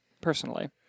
personally